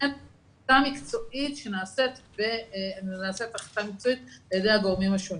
בהינתן ההחלטה המקצועית שנעשית על ידי הגורמים השונים.